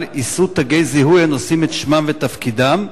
יישאו תגי זיהוי הנושאים את שמם ואת תפקידם.